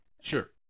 Sure